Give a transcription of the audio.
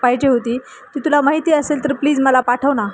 पाहिजे होती ती तुला माहिती असेल तर प्लीज मला पाठव ना